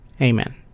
Amen